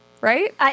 right